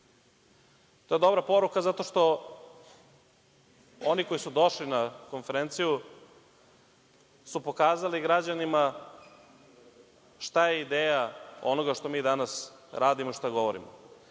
je dobra poruka zato što oni koji su došli na konferenciju su pokazali građanima šta je ideja onoga što mi danas radimo šta govorimo,